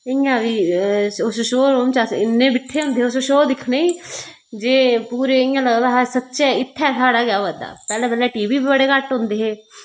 इयां बी उस शोरुम च अस इन्ने किट्ठे होंदे हे अस उस शौ गी दिक्खने गी जे पूरे इयां लगदा हा सच्चें इत्थै साढ़ा गै अबा दा पैहले पैहले टीबी बी बडे़ घट्ट होंदे है